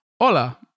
Hola